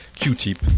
Q-Tip